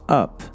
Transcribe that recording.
up